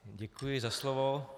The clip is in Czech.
Děkuji za slovo.